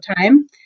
time